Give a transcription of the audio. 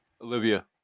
Olivia